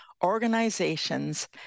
organizations